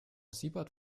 siebert